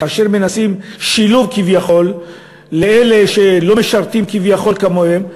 כאשר מנסים שילוב כביכול לאלה שלא משרתים כביכול כמוהם.